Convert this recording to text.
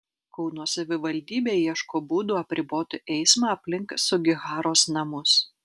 kauno savivaldybė ieško būdų apriboti eismą aplink sugiharos namus